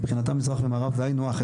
מבחינתם מזרח ומערב זה היינו הך.